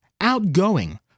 outgoing